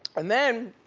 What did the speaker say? and then,